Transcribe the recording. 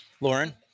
Lauren